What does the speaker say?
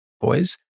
boys